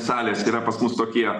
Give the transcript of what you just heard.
salės yra pas mus tokie